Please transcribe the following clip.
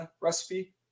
recipe